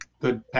good